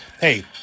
Hey